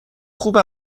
خوب